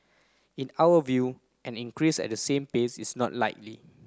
in our view an increase at the same pace is not likely